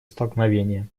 столкновения